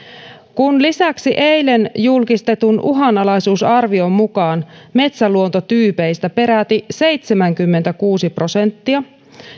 kun lisäksi eilen julkistetun uhanalaisuusarvion mukaan metsäluontotyypeistä peräti seitsemänkymmentäkuusi prosenttia